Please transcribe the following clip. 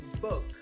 book